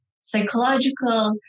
psychological